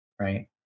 Right